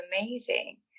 amazing